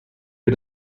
wie